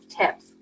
tips